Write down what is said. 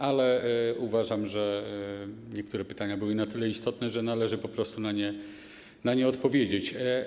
Ale uważam, że niektóre pytania były na tyle istotne, że należy po prostu na nie odpowiedzieć.